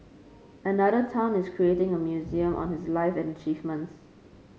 another town is creating a museum on his life and achievements